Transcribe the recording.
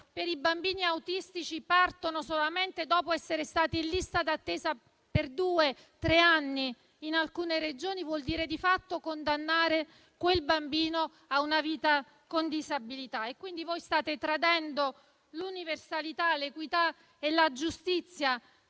per i bambini autistici, per esempio, partono solamente dopo essere stati in lista d'attesa per due o tre anni, in alcune Regioni, vuol dire di fatto condannare quei bambini a una vita con disabilità. E, quindi, state tradendo l'universalità, l'equità e la giustizia